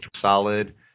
solid